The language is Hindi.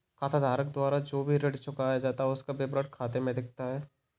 खाताधारक द्वारा जो भी ऋण चुकाया जाता है उसका विवरण खाते में दिखता है